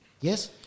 yes